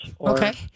Okay